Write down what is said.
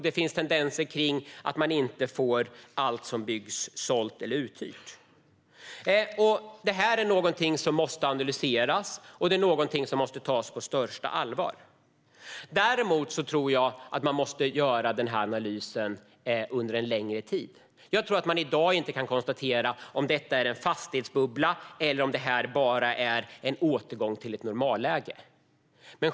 Det finns tendenser till att allt som byggs inte blir sålt eller uthyrt. Detta är någonting som måste analyseras och som måste tas på största allvar. Däremot tror jag att man måste göra den analysen under en längre tid. Jag tror inte att man i dag kan säga om detta är en fastighetsbubbla eller om det bara är en återgång till ett normalläge.